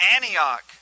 Antioch